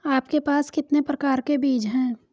आपके पास कितने प्रकार के बीज हैं?